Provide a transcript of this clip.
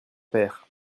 père